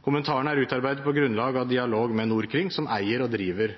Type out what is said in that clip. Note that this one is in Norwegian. Kommentarene er utarbeidet på grunnlag av dialog med Norkring, som eier og driver